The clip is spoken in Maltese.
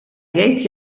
jgħid